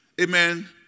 amen